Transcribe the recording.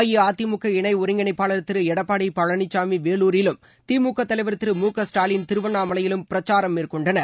அஇஅதிமுக இணை ஒருங்கிணைப்பாளர் திரு எடப்பாடி பழனிசாமி வேலூரிலும் திமுக தலைவர் திரு மு க ஸ்டாலின் திருவண்ணாமலையிலும் பிரச்சாரம் மேற்கொண்டனர்